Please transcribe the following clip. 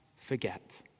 forget